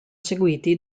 seguiti